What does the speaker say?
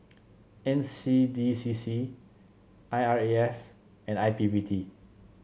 N C D C C I R A S and I P P T